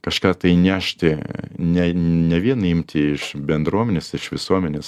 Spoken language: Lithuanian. kažką tai nešti ne ne vien imti iš bendruomenės iš visuomenės